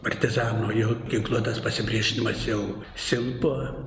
partizanų jau ginkluotas pasipriešinimas jau silpo